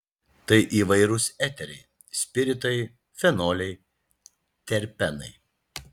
tai įvairūs eteriai spiritai fenoliai terpenai